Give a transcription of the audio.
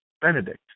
benedict